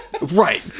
Right